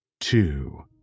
two